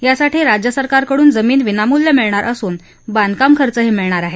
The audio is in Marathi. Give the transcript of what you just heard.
यासाठी राज्य सरकारकडून जमीन विनामूल्य मिळणार असून बांधकाम खर्चही मिळणार आहे